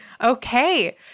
Okay